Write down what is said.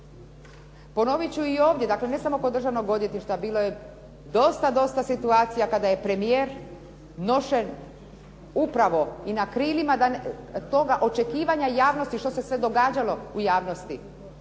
Ponovit ću i ovdje, dakle ne samo kod državnog odvjetništva bilo je dosta situacija kada je premijer nošen upravo i na krilima toga očekivanja javnosti što se sve događalo u javnosti,